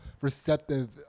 receptive